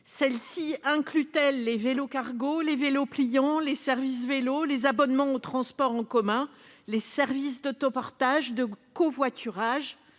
dernières incluent-elles les vélos-cargos, les vélos pliants, les services vélo, les abonnements aux transports en commun, les services d'autopartage ou encore de covoiturage